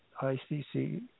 ICC